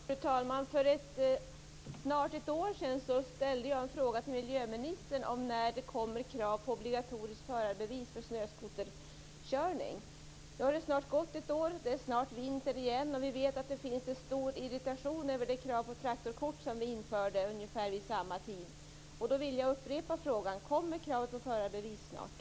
Fru talman! För snart ett år sedan ställde jag en fråga till miljöministern om när det kommer krav på obligatoriskt förarbevis för snöskoterkörning. Det har snart gått ett år, det är snart vinter igen. Vi vet att det finns en stor irritation över det krav på traktorkort som vi införde ungefär vid samma tid. Då vill jag upprepa frågan: Kommer kravet på förarbevis snart?